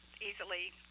easily